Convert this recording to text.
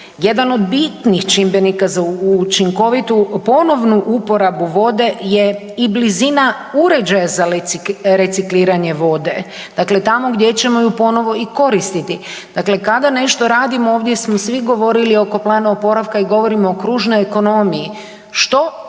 Jedan od bitnih čimbenika za učinkovitu ponovnu uporabu vode je i blizina uređaja za recikliranje vode, dakle tamo gdje ćemo ju ponovo i koristiti. Dakle, kada nešto radimo ovdje smo svi govorili oko plana oporavka i govorimo o kružnoj ekonomiji, što